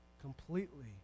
completely